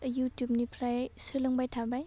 इउटुबनिफ्राय सोलोंबाय थाबाय